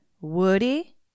Woody